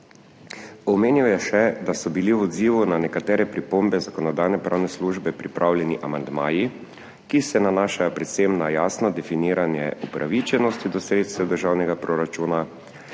Omenil je še, da so bili v odzivu na nekatere pripombe Zakonodajno-pravne službe pripravljeni amandmaji, ki se nanašajo predvsem na jasno definiranje upravičenosti do sredstev državnega proračuna